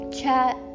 chat